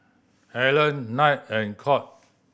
Helen Knight and Court